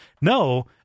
No